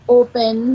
open